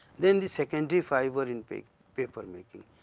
then the secondary fibre in paper paper making,